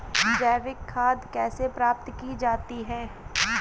जैविक खाद कैसे प्राप्त की जाती है?